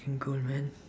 ~king cold man